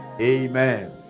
Amen